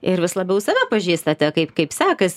ir vis labiau save pažįstate kaip kaip sekas